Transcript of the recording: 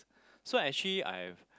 so actually I've